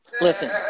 Listen